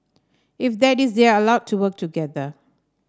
if that is they are allowed to work together